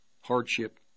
hardship